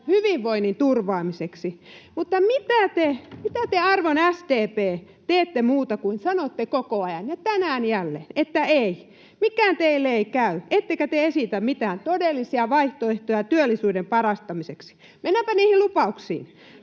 hyvinvoinnin turvaamiseksi. Mutta mitä te, arvon SDP, teette muuta kuin sanotte koko ajan, ja tänään jälleen, että ”ei”? Mikään teille ei käy, ettekä te esitä mitään todellisia vaihtoehtoja työllisyyden parantamiseksi. [Timo Harakka: